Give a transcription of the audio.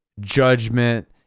judgment